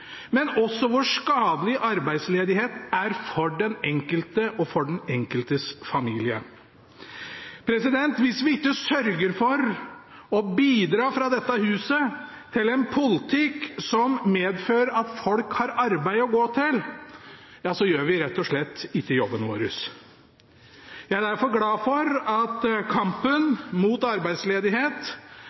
men også for den enkelte og for den enkeltes familie. Hvis vi fra dette huset ikke sørger for å bidra til en politikk som medfører at folk har arbeid å gå til, gjør vi rett og slett ikke jobben vår. Jeg er derfor glad for at kampen mot arbeidsledighet